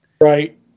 Right